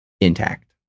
intact